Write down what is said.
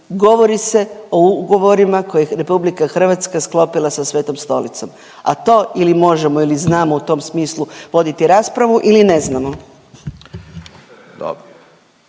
govori se o ugovorima koje je RH sklopila sa Svetom Stolicom, a to ili možemo ili znamo u tom smislu voditi raspravu ili ne znamo.